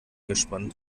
gespannt